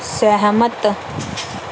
ਸਹਿਮਤ